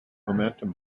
momentum